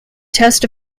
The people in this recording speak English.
test